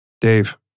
Dave